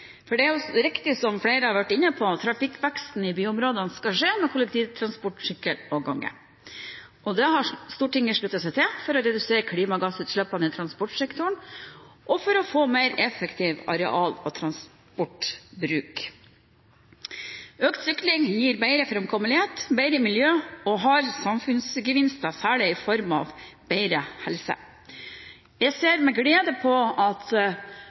sykkel. For det er riktig, som flere har vært inne på, at trafikkveksten i byområdene skal skje med kollektivtransport, sykkel og gange. Det har Stortinget sluttet seg til for å redusere klimagassutslippene i transportsektoren og for å få mer effektiv areal- og transportbruk. Økt sykling gir bedre framkommelighet, bedre miljø og har samfunnsgevinster, særlig i form av bedre helse. Jeg ser med glede på at